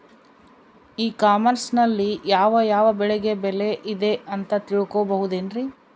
E commerce ನಲ್ಲಿ ನಾವು ಯಾವ ಬೆಳೆಗೆ ಬೆಲೆ ಇದೆ ಅಂತ ತಿಳ್ಕೋ ಬಹುದೇನ್ರಿ?